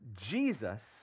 Jesus